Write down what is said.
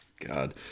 God